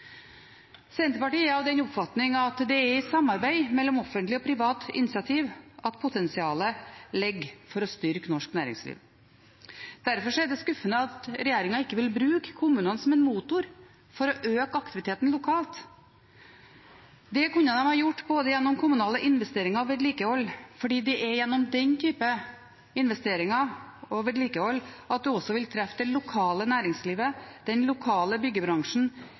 Senterpartiet er av den oppfatning at det er i samarbeid mellom offentlig og privat initiativ at potensialet ligger for å styrke norsk næringsliv. Derfor er det skuffende at regjeringen ikke vil bruke kommunene som en motor for å øke aktiviteten lokalt. De kunne en ha gjort både gjennom kommunale investeringer og vedlikehold fordi det er gjennom den type investeringer og vedlikehold at en også vil treffe det lokale næringslivet, den lokale byggebransjen,